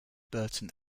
burton